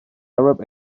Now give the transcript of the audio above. arab